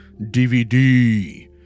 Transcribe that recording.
DVD